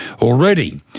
already